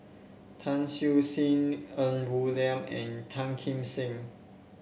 Tan Siew Sin Ng Woon Lam and Tan Kim Seng